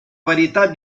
varietà